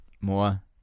more